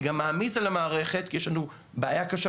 זה גם מעמיס על המערכת כי יש לנו בעיה קשה